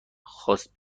خواست